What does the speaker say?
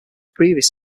previous